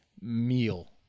meal